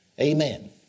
Amen